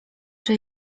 czy